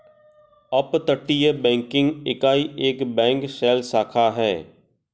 अपतटीय बैंकिंग इकाई एक बैंक शेल शाखा है